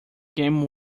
game